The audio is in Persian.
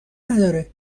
نداره